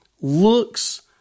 looks